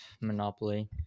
Monopoly